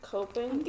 Coping